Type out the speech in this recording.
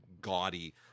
gaudy